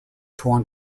torn